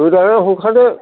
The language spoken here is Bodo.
गोदानानै हरखादो